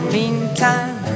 Meantime